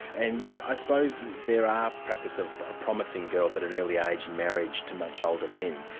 and i suppose there are practices of ah promising girls at and a early age in marriage to much older men.